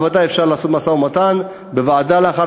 בוודאי אפשר לעשות משא-ומתן בוועדה לאחר